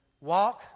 walk